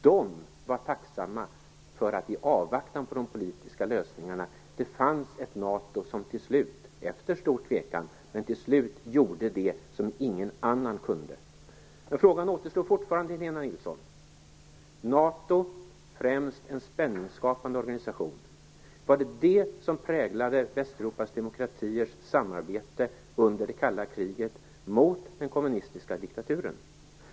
De var tacksamma för att det i avvaktan på de politiska lösningarna fanns ett NATO som till slut, efter stor tvekan, gjorde det som ingen annan kunde göra. Frågan återstår fortfarande, Helena Nilsson: Är NATO främst en spänningsskapande organisation? Var det det som präglade de västeuropeiska demokratiernas samarbete mot den kommunistiska diktaturen under det kalla kriget?